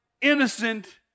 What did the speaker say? innocent